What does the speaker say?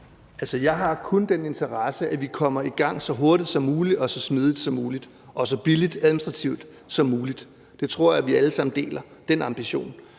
jeg har kun den interesse, at vi kommer i gang så hurtigt som muligt og så smidigt som muligt og så billigt administrativt som muligt. Den ambition tror jeg vi alle sammen deler. Nu er